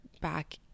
back